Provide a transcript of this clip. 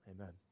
Amen